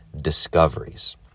discoveries